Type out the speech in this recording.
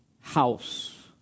house